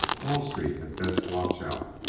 wall street had best watch out,